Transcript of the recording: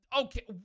Okay